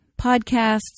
podcasts